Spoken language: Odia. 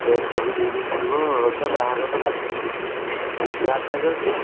ସେ ଚୁଡ଼ିଫୁଡ଼ି ଯିବ ତା' ବାହାଘର ତ ଏ ଆଟାଚ୍ ଅଛି ନା